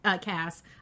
cast